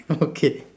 okay